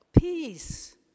peace